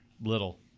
Little